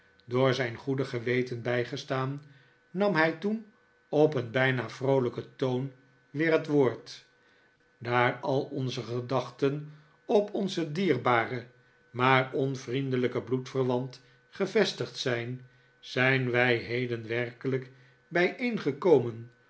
door zijn goede geweten bijgestaan nam hij toen op een bijna vroolijken toon weer het woord daar al onze gedachten op onzen dierbaren maar onvriendelijken bloedverwant gevestigd zijn zijn wij heden werkelijk